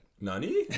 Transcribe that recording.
Nani